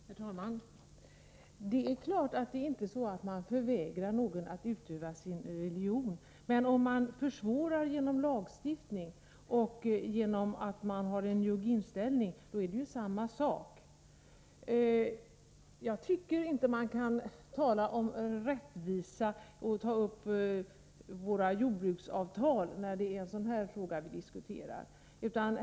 Herr talman! Det är klart att det inte är så att man förvägrar någon att utöva sin religion, men om man försvårar det genom lagstiftning och genom att ha en njugg inställning, är det ju samma sak. Jag tycker inte att man kan tala om rättvisa eller ta upp våra jordbruksavtal när det är en sådan här fråga vi diskuterar.